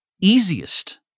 easiest